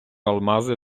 алмази